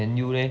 then you leh